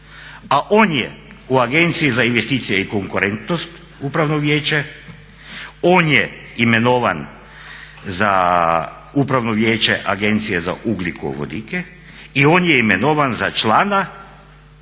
a on je u Agenciji za investicije i konkurentnost upravno vijeće, on je imenovan za upravno vijeće Agencije za ugljikovodike i on je imenovan za člana